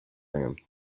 room